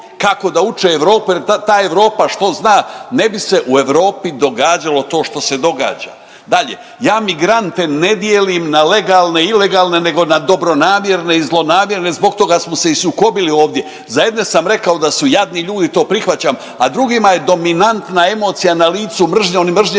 kako da uče Europu jer ta Europa što zna, ne bi se u Europi događalo to što se događa. Dalje, ja ne migrante ne dijelim na legalne, ilegalne, nego na dobronamjerne i zlonamjerne, zbog toga smo se i sukobili ovdje. Za jedne sam rekao da su jadni ljudi, to prihvaćam, a drugima je dominantna emocija na licu, mržnja, oni mrze